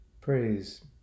Praise